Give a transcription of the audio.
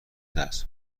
درس